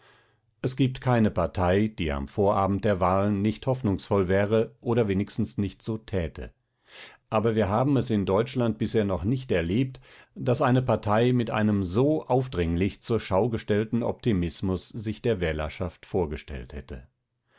es gibt keine partei die am vorabend der wahlen nicht hoffnungsvoll wäre oder wenigstens nicht so täte aber wir haben es in deutschland bisher noch nicht erlebt daß eine partei mit einem so aufdringlich zur schau gestellten optimismus sich der wählerschaft vorgestellt hätte